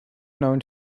known